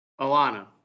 Alana